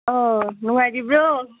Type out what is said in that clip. ꯑꯣ ꯅꯨꯡꯉꯥꯏꯔꯤꯕ꯭ꯔꯣ